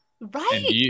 Right